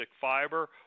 fiber